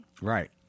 Right